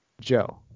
Joe